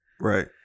Right